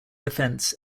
offense